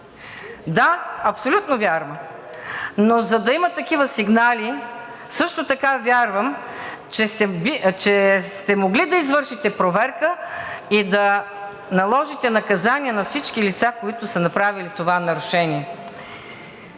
Да, абсолютно вярно. Но за да има такива сигнали, също така вярвам, че сте могли да извършите проверка и да наложите наказания на всички лица, които са направили това нарушение.